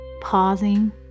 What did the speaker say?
pausing